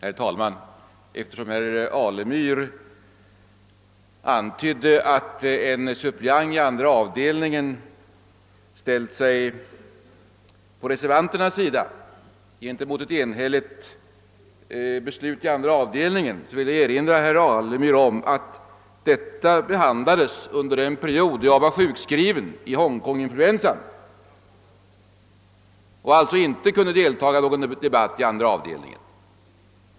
Herr talman! Eftersom herr Alemyr antydde att en suppleant i andra avdelningen ställt sig på reservanternas sida gentemot ett enhälligt beslut i andra avdelningen, vill jag erinra herr Alemyr om att detta avsnitt behandlades när jag var sjukskriven i Hongkonginfluensa och alltså inte kunde deltaga i någon debatt i andra avdelningen.